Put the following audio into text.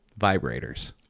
vibrators